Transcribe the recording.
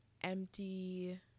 empty